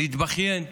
עם להתבכיין.